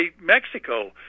Mexico